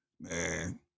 man